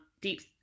deep